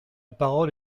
parole